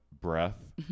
breath